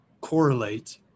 correlate